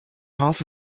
half